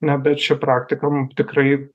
na bet ši praktika mum tikrai